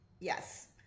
Yes